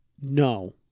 no